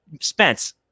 Spence